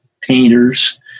painters